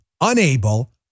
unable